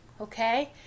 okay